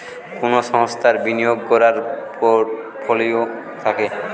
কুনো সংস্থার বিনিয়োগ কোরার পোর্টফোলিও থাকে